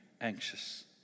anxious